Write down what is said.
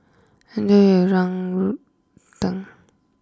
enjoy your Yang Rou Tang